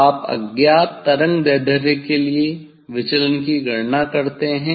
आप अज्ञात तरंगदैर्ध्य के लिए विचलन की गणना करते हैं